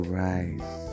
rise